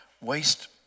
waste